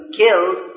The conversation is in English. killed